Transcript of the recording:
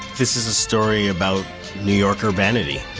this is a story about new yorker vanity